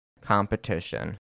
competition